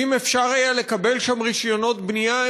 אם אפשר היה לקבל שם רישיונות בנייה,